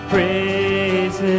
Praise